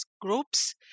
groups